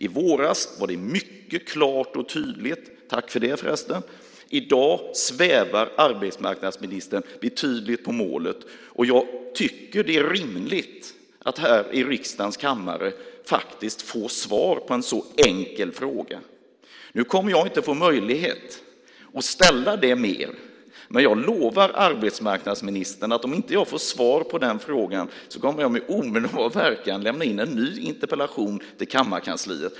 I våras var det mycket klart och tydligt - tack för det, förresten - men i dag svävar arbetsmarknadsministern betydligt på målet. Jag tycker att det är rimligt att i riksdagens kammare kunna få svar på en så enkel fråga. Nu har jag inte möjlighet att ställa frågan igen, men jag lovar arbetsmarknadsministern att om jag inte får svar på den kommer jag att med omedelbar verkan lämna in en ny interpellation till kammarkansliet.